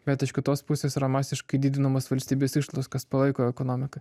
bet iš kitos pusės yra masiškai didinamos valstybės išlaidos kas palaiko ekonomiką